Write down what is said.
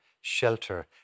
shelter